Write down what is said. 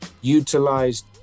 utilized